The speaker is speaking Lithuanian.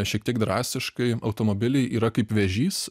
šiek tiek drastiškai automobiliai yra kaip vėžys